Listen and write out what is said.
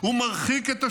הוא מרחיק את השחרור,